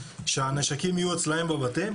שהנשקים יהיו אצלם בבתים,